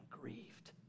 grieved